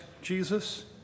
Jesus